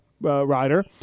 rider